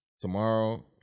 Tomorrow